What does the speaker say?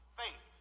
faith